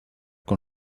con